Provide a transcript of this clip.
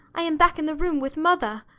i am back in the room with mother.